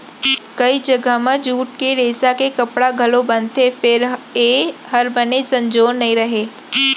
कइ जघा म जूट के रेसा के कपड़ा घलौ बनथे फेर ए हर बने संजोर नइ रहय